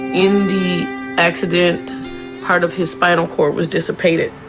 in the accident part of his spinal cord was dissipated.